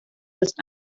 los